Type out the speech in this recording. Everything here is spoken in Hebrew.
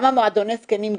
גם מועדוני הזקנים,